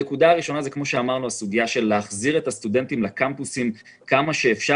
הנקודה הראשונה היא החזרת הסטודנטים לקמפוסים עד כמה שאפשר.